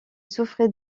souffrait